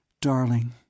Darling